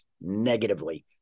negatively